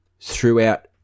Throughout